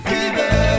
Fever